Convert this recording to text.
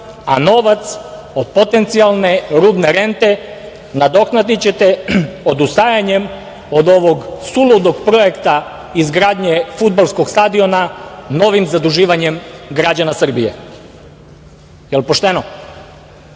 a novac od potencijalne rudne rente nadoknadićete odustajanjem od ovog suludog projekta izgradnje fudbalskog stadiona novim zaduživanjem građana Srbije. Jel pošteno?